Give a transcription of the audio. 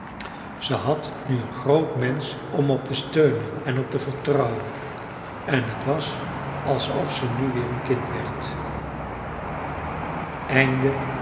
ze had nu een groot mensch om op te steunen en op te vertrouwen en t was alsof ze nu weer een kind werd